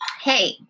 Hey